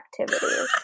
activities